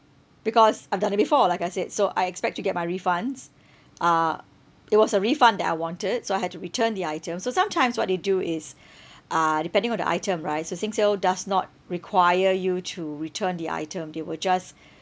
because I've done it before like I said so I expect to get my refunds uh it was a refund that I wanted so I had to return the items so sometimes what they do is uh depending on the item right so singsale does not require you to return the item they will just